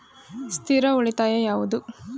ಸ್ಥಿರ ಉಳಿತಾಯ ಯಾವುದು?